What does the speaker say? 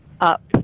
up